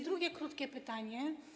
Drugie krótkie pytanie.